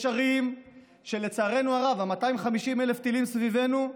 יש ערים שלצערנו הרב, ב-250,000 טילים סביבנו,